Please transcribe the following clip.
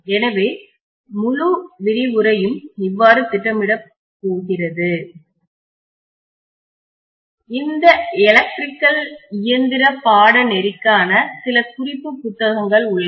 எனவே முழு விரிவுரையும இவ்வாறு திட்டமிடப்படப்போகிறது இந்த எலக்ட்ரிக்கல்மின் இயந்திர பாடநெறிக்கான சில குறிப்பு புத்தகங்கள் உள்ளன